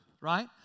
right